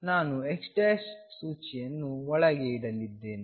ನಾನು x ಸೂಚಿಯನ್ನು ಒಳಗೆ ಇಡಲಿದ್ದೇನೆ